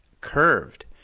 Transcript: curved